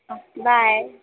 हँ बाइ